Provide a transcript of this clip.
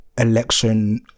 election